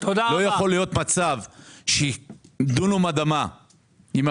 לא יכול להיות מצב שדונם אדמה או